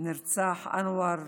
נרצח סאלח